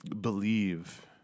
believe